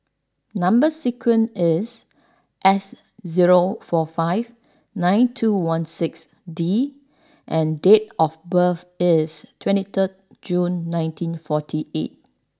number sequence is S zero four five nine two one six D and date of birth is twenty three June nineteen forty eight